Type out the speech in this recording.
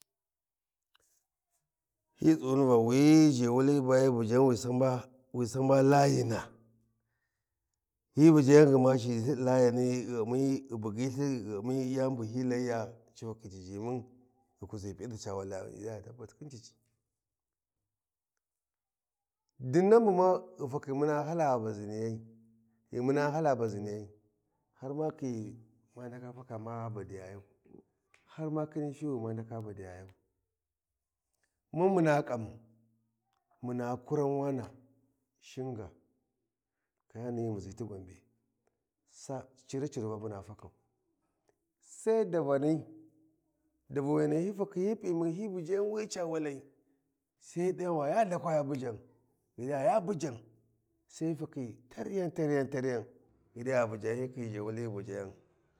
﻿Hyi tsghuni Va wuyi ʒhewali baya bujan wi saba wi layina hyi bujayan wi saba wi saba Layina hyi bujeyan gma ci ʒhi ti layani dinnan bu muna hala baʒiniyai ghi muna hala baʒiniyai, har ma khiyi ma ndaka faka ma badiyayau, har ma khin fi wi ma ndaka badiyayau, mun muna ƙamu, muna kuran wana shinga kayani hyi muʒi ti Gombe sai cira cira ba muna fkau sai davani, davaniyan hyi fakhi hyi pimu hyi bujayan wiyi ca walai sai hyi ɗayan va ya Lhakwa ya bujen sai ghi ɗi ya ya bujen sai hyi fakhiy taryan taryan taryan ya bujan sai hyi khiyi ʒhewali ya bujen.